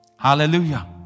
Hallelujah